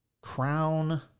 Crown